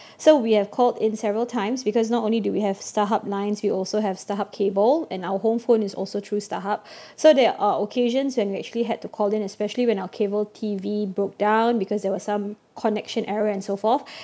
so we have called in several times because not only do we have Starhub lines we also have Starhub cable and our home phone is also true Starhub so there are occasions when we actually had to call them especially when our cable T_V broke down because there were some connection error and so forth